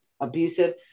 abusive